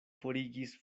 forigis